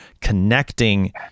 connecting